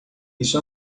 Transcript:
isso